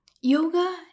yoga